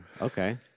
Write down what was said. Okay